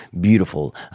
beautiful